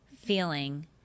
feeling